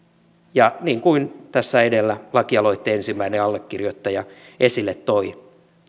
ja niin kuin tässä edellä lakialoitteen ensimmäinen allekirjoittaja esille toi